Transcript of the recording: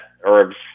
herbs